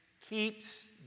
keeps